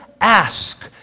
ask